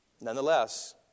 Nonetheless